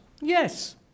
Yes